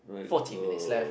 fourteen minutes left